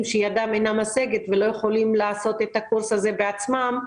שידם אינה משגת ולא יכולים ללמוד בקורס הזה בעצמם.